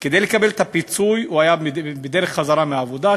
הוא היה בדרך חזרה מהעבודה.